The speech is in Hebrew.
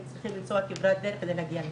הם צריכים לנסוע כברת דרך כדי להגיע לשם.